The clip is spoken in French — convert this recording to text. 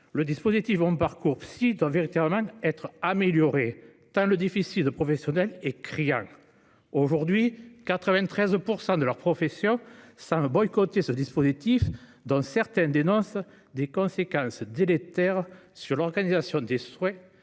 -le dispositif MonParcoursPsy doit véritablement être amélioré, tant le déficit de professionnels est criant. Aujourd'hui, 93 % de la profession semble boycotter ce dispositif, dont certains dénoncent les conséquences délétères sur l'organisation des soins